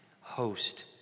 host